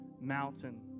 mountain